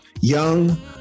Young